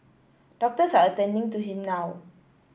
doctors are attending to him now